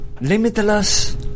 limitless